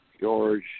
George